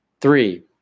Three